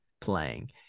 playing